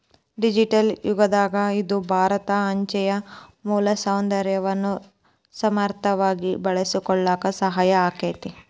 digital ಯುಗದಾಗ ಇದು ಭಾರತ ಅಂಚೆಯ ಮೂಲಸೌಕರ್ಯವನ್ನ ಸಮರ್ಥವಾಗಿ ಬಳಸಿಕೊಳ್ಳಾಕ ಸಹಾಯ ಆಕ್ಕೆತಿ